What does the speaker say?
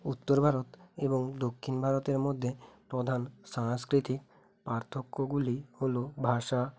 উত্তর ভারত এবং দক্ষিণ ভারতের মধ্যে প্রধান সাংস্কৃতিক পার্থক্যগুলি হলো ভাষা